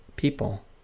People